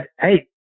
Hey